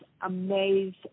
amazed